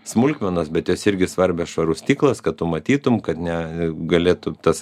smulkmenos bet jos irgi svarbios švarus stiklas kad tu matytum kad ne galėtų tas